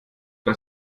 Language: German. das